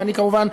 ואני כמובן,